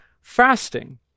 fasting